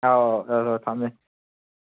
ꯑꯥꯎ ꯑꯧ ꯑꯧ ꯊꯝꯃꯦ